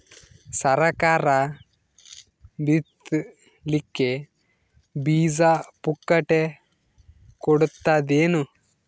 ಸರಕಾರ ಬಿತ್ ಲಿಕ್ಕೆ ಬೀಜ ಪುಕ್ಕಟೆ ಕೊಡತದೇನು?